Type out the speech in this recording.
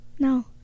No